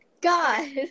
God